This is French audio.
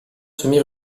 semi